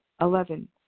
Eleven